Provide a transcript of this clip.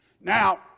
Now